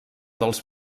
dels